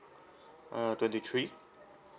uh twenty three